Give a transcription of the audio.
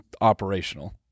operational